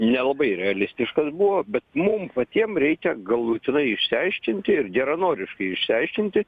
nelabai realistiškas buvo bet mum patiem reikia galutinai išsiaiškinti ir geranoriškai išsiaiškinti